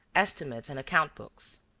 estimates and account-books.